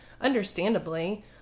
understandably